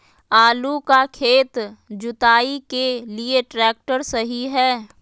आलू का खेत जुताई के लिए ट्रैक्टर सही है?